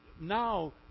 now